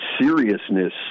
seriousness